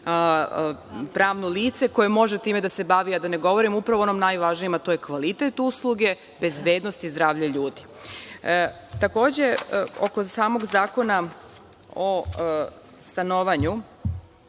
pravno lice koje može time da se bavi, a da ne govorim upravo o onom najvažnijem, a to je kvalitet usluge, bezbednosti zdravlja ljudi. Takođe, oko samog Zakona o stanovanju